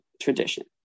tradition